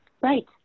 right